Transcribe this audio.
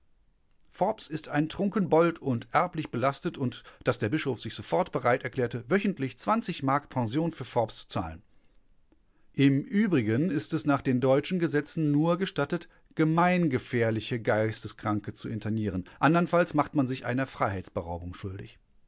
forbes ist ein trunkenbold und erblich belastet und daß der bischof sich sofort bereit erklärte wöchentlich mark pension für forbes zu zahlen im übrigen ist es nach den deutschen gesetzen nur gestattet gemeingefährliche geisteskranke zu internieren andernfalls macht man sich einer freiheitsberaubung schuldig